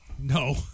No